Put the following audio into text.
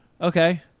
okay